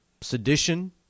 sedition